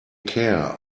care